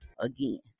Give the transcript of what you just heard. again